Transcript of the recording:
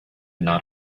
not